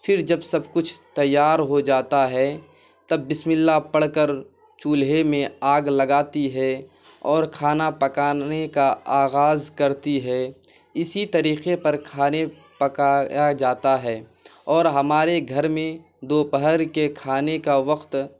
پھر جب سب کچھ تیار ہو جاتا ہے تب بسم اللہ پڑھ کر چولہے میں آگ لگاتی ہے اور کھانا پکانے کا آغاز کرتی ہے اسی طریقے پر کھانے پکایا جاتا ہے اور ہمارے گھر میں دوپہر کے کھانے کا وقت